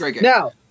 Now